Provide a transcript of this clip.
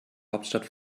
hauptstadt